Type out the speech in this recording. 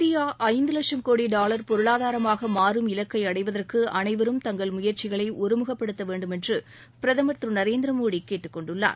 India ஐந்து வட்சம் கோடி டாலர் பொருளாதாரமாக மாறும் இலக்கை அடைவதற்கு அனைவரும் தங்கள் முயற்சிகளை ஒருமுகப்படுத்தவேண்டுமென்று பிரதமர் திரு நரேந்திர மோடி கேட்டுக்கொண்டுள்ளார்